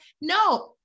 No